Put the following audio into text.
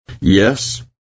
Yes